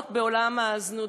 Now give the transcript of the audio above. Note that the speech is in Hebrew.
להיות בעולם הזנות.